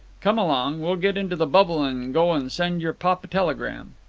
come along. we'll get into the bubble and go and send your pop a telegram.